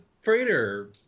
freighter